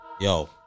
yo